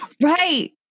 right